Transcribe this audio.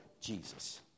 Jesus